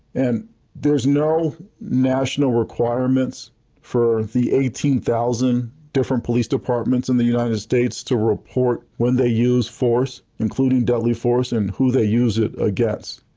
and there's no national requirements for the eighteen thousand police departments in the united states to report when they use force, including deadly force, and who they use it against.